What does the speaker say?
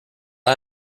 are